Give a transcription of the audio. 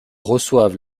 reçoivent